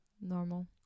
Normal